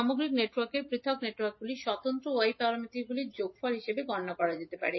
সামগ্রিক নেটওয়ার্কের y প্যারামিটারগুলি পৃথক নেটওয়ার্কগুলির স্বতন্ত্র y প্যারামিটারগুলির যোগফল হিসাবে গণনা করা যেতে পারে